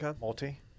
multi